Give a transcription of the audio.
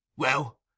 Well